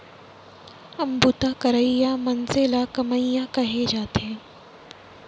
बूता करइया मनसे ल कमियां कहे जाथे